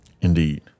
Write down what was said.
Indeed